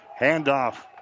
Handoff